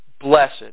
blessed